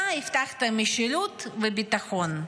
אתה הבטחת משילות וביטחון.